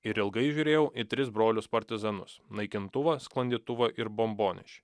ir ilgai žiūrėjau į tris brolius partizanus naikintuvą sklandytuvą ir bombonešį